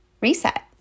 reset